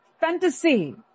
Fantasy